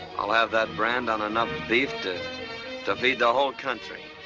i'll have that brand on enough beef to feed the whole country.